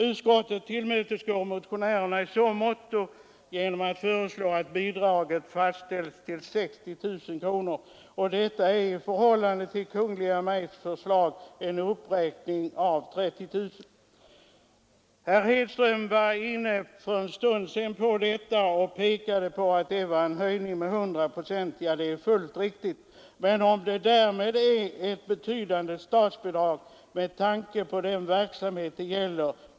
Utskottet tillmötesgår motionärerna i så måtto att det föreslår, att bidraget fastställs till 60 000 kronor. Detta är i förhållande till Kungl. Maj:ts förslag en uppräkning med 30 000 kronor. Herr Hedström framhöll för en stund sedan att detta innebär en höjning med 100 procent. Ja, det är riktigt, men det kan ändå diskuteras huruvida det är ett betydande statsbidrag med tanke på den verksamhet det gäller.